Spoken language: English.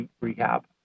rehab